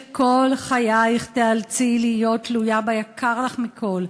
כל חייך תיאלצי להיות תלויה ביקר לך מכול,